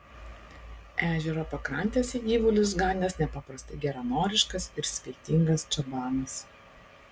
ežero pakrantėse gyvulius ganęs nepaprastai geranoriškas ir svetingas čabanas